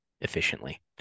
efficiently